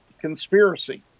conspiracy